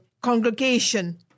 congregation